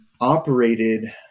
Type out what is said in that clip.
operated